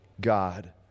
God